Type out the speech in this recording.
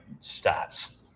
stats